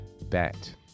bet